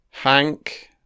Hank